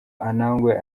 anangwe